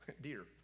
Dear